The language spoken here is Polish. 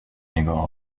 niego